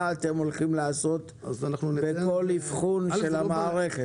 מה אתם הולכים לעשות בכל אבחון של המערכת?